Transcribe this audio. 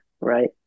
right